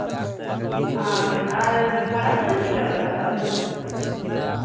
ᱟᱨ ᱟᱨ ᱵᱷᱟᱲᱟ ᱠᱚᱫᱚ ᱪᱮᱫᱠᱟ ᱞᱟᱜᱟᱜᱼᱟ ᱛᱟᱦᱞᱮ